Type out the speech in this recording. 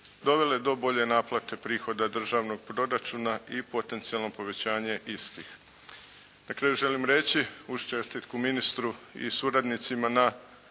dovele do bolje naplate prihoda državnog proračuna i potencijalno povećanje istih. Na kraju želim reći uz čestitku ministru i suradnicima na